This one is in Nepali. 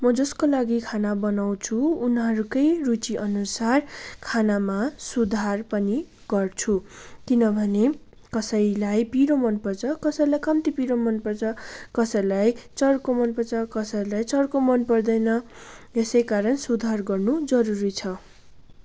म जसको लागि खाना बनाउँछु उनारूकै रुचि अनुसार खानामा सुधार पनि गर्छु किनभने कसैलाई पिरो मन पर्छ कसैलाई कम्ती पिरो मन पर्छ कसैलाई चर्को मन पर्छ कसैलाई चर्को मन पर्दैन यसै कारण सुधार गर्नु जरुरी छ